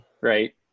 right